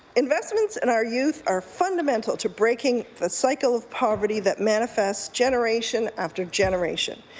investments in our youth are fundamental to breaking the cycle of poverty that manifests generation after generation.